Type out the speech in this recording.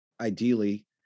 ideally